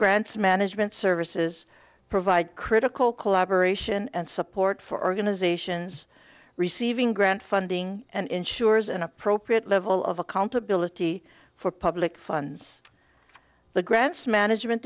grants management services provide critical collaboration and support for organizations receiving grant funding and ensures an appropriate level of accountability for public funds the grants management